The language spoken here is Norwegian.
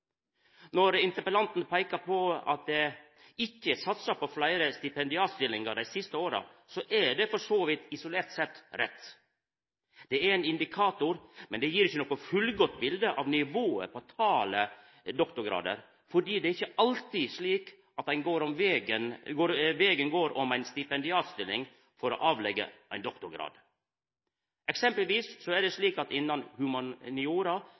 Når interpellanten peikar på at det ikkje er satsa på fleire stipendiatstillingar dei siste åra, er det for så vidt rett, isolert sett. Det er ein indikator, men det gir ikkje noko fullgodt bilete av nivået på talet doktorgradar. Det er ikkje alltid at ein går vegen om ei stipendiatstilling for å avleggja ein doktorgrad. Eksempelvis er det slik at innan